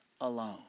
alone